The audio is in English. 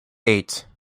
eight